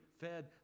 fed